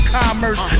commerce